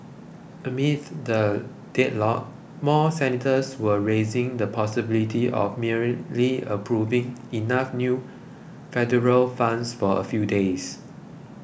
amid the deadlock more senators were raising the possibility of merely approving enough new federal funds for a few days